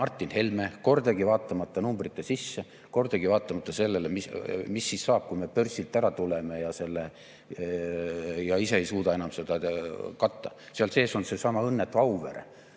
Martin Helme, kordagi vaatamata numbrite sisse, kordagi vaatamata, mis saab siis, kui me börsilt ära tuleme ega suuda ise enam seda katta. Seal sees on seesama õnnetu Auvere,